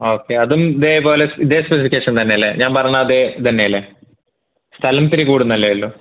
okay അതും ഇതേപോലെ ഇതേ സ്പെസിഫിക്കേഷൻ തന്നെയല്ലേ ഞാൻ പറഞ്ഞ അതേ ഇത് തന്നെയല്ലേ സ്ഥലം ഇത്തിരി കൂടുന്നല്ലേയുള്ളൂ